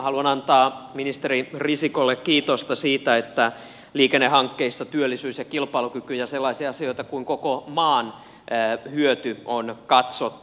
haluan antaa ministeri risikolle kiitosta siitä että liikennehankkeissa työllisyyttä ja kilpailukykyä ja sellaisia asioita kuin koko maan hyötyä on katsottu